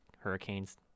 Hurricanes